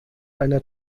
einer